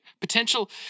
Potential